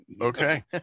Okay